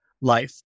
life